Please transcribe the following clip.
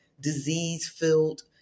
disease-filled